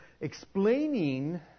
explaining